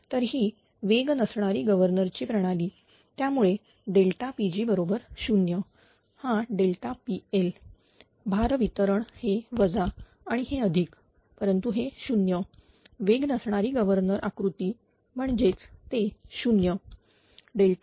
तर ही वेग नसणारी गव्हर्नर ची प्रणालीत्यामुळे Pg बरोबर 0 हा PL भार वितरण हे वजा आणि हे अधिक परंतु हे 0 वेग नसणारी गव्हर्नर कृती म्हणजेच ते 0